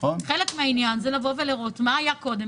חלק מן העניין הוא לראות מה היה קודם.